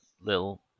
little